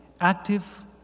active